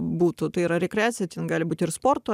būtų tai yra rekreacija ten gali būti ir sporto